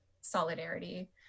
solidarity